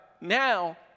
now